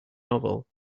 novel